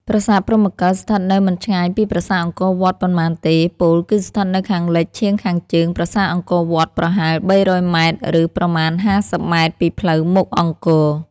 ប្រាសាទព្រហ្មកិល ស្ថិតនៅមិនឆ្ងាយពីប្រាសាទអង្គរវត្តប៉ុន្មានទេ ពោលគឺស្ថិតនៅខាងលិចឈៀងខាងជើងប្រាសាទអង្គរវត្ត ប្រហែល ៣០០ ម៉ែត្រ ឬប្រមាណ ៥០ ម៉ែត្រពីផ្លូវមុខអង្គរ។